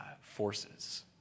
forces